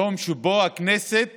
יום שבו הכנסת